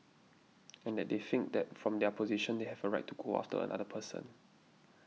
and that they think that from their position they have a right to go after another person